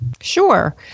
Sure